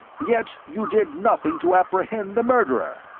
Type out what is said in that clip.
yet you did nothing to apprehend the murderer.